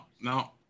no